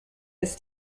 ist